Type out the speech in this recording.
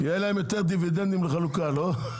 יהיה להם יותר דיבידנדים לחלוקה, לא?